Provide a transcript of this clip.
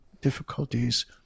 difficulties